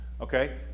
Okay